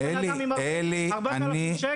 אני בן אדם עם 4,000 שקל.